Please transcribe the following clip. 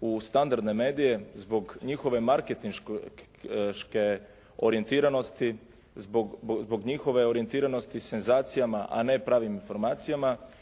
u standardne medije zbog njihove marketinške orijentiranosti, zbog njihove orijentiranosti senzacijama, a ne pravim informacijama.